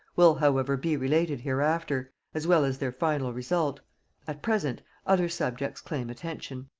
will however be related hereafter, as well as their final result at present other subjects claim attention.